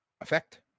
effect